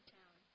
town